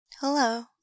Hello